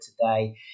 today